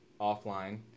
offline